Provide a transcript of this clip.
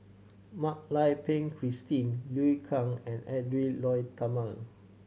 Mak Lai Peng Christine Liu Kang and Edwy Lyonet Talma